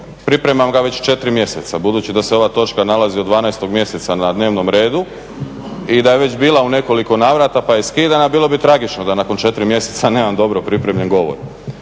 pripremam ga već 4 mjeseca budući da se ova točka nalazi od 12. mjeseca na dnevnom redu i da je već bila u nekoliko navrata pa je skidana. Bilo bi tragično da nakon 4 mjeseca nemam dobro pripremljen govor.